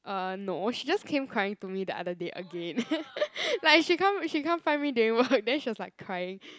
uh no she just came crying to me the other day again like she come she come find me during work then she was like crying